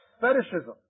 fetishism